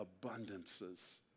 abundances